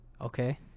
Okay